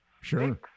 Sure